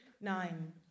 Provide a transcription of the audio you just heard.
Nine